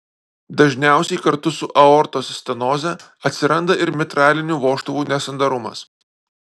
dažniausiai kartu su aortos stenoze atsiranda ir mitralinių vožtuvų nesandarumas